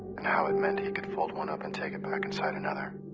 and how it meant he could fold one up and take it back inside another.